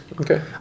Okay